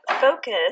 focus